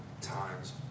times